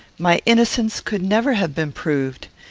my innocence could never have been proved.